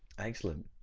excellent.